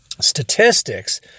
statistics